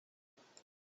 directly